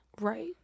Right